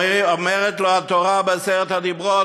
אומרת לו התורה בעשרת הדיברות,